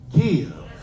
give